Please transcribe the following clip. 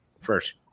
first